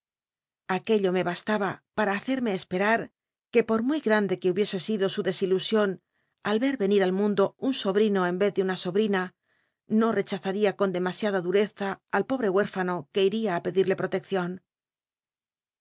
aquello me bastaba para hacerme espcrat que por muy grande que hubiese sido su dcsilusion al ver rcnir al mundo un sobrino en vez de una sobrina no rechazat ia con demasiada dureza al pobre huól'fano que iría ti pedirle prolcccion